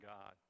God